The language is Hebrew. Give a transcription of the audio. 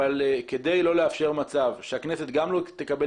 אבל כדי לא לאפשר מצב שהכנסת גם לא תקבל